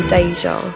Deja